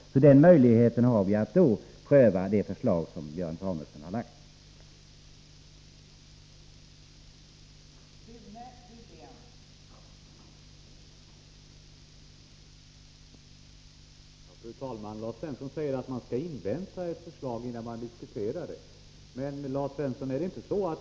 Då har vi möjlighet att pröva det förslag som Björn Samuelson har lagt fram.